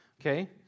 okay